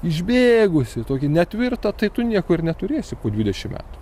išbėgusį tokį netvirtą tai tu nieko ir neturėsi po dvidešimt metų